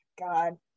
god